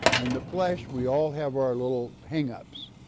in the flesh, we all have our little hangups.